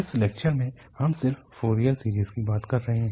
इस लेक्चर में हम सिर्फ फोरियर सीरीज की बात कर रहे हैं